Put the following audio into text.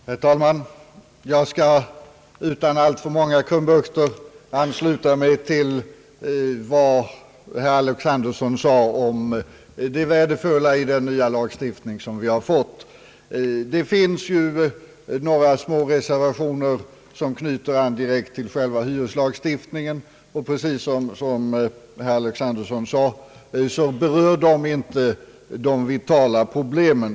Herr talman! Jag skall utan alltför många krumbukter ansluta mig till vad herr Alexanderson sade om det värdefulla i det förslag till ny lagstiftning som vi har fått. Det finns ju några reservationer som knyter an direkt till själva hyreslagen, och precis som herr Alexanderson sade berör de inte de vitala problemen.